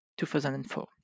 2004